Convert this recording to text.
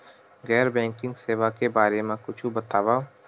गैर बैंकिंग सेवा के बारे म कुछु बतावव?